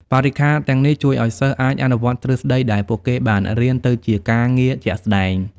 បរិក្ខារទាំងនេះជួយឱ្យសិស្សអាចអនុវត្តទ្រឹស្តីដែលពួកគេបានរៀនទៅជាការងារជាក់ស្តែង។